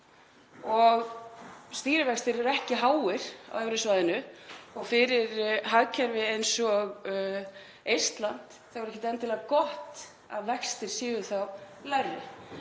Stýrivextir eru ekki háir á evrusvæðinu og fyrir hagkerfi eins og Eistland er ekkert endilega gott að vextir séu þá lægri.